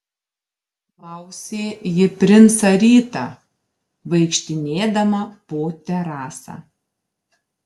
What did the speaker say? klausė ji princą rytą vaikštinėdama po terasą